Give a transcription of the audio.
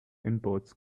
imports